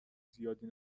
زیادی